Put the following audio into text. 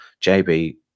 JB